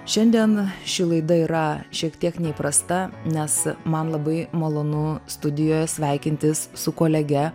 šiandien ši laida yra šiek tiek neįprasta nes man labai malonu studijoje sveikintis su kolege